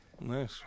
Nice